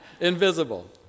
Invisible